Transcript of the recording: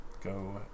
go